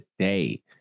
today